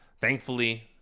Thankfully